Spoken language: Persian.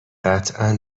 قطعا